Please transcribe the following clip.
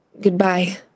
Goodbye